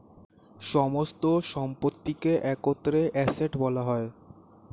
সমস্ত সম্পত্তিকে একত্রে অ্যাসেট্ বলা হয়